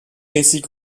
récits